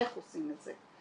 איך עושים את זה.